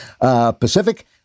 Pacific